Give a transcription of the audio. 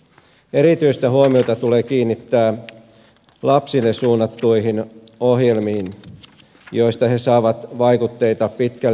erityistä huomiota tulee kiinnittää lapsille suunnattuihin ohjelmiin joista he saavat vaikutteita pitkälle elämään